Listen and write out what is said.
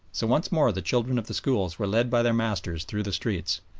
so once more the children of the schools were led by their masters through the streets,